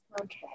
Okay